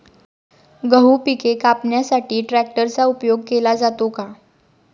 गहू पिके कापण्यासाठी ट्रॅक्टरचा उपयोग केला जातो का?